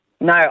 No